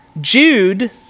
Jude